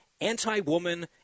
anti-woman